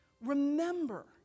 Remember